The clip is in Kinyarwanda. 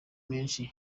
menshi